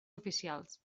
oficials